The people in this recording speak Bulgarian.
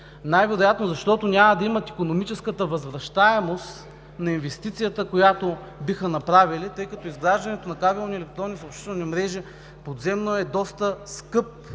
най-вероятно защото няма да имат икономическата възвръщаемост на инвестицията, която биха направили, тъй като изграждането на кабелни електронни съобщителни мрежи подземно е доста скъп,